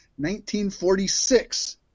1946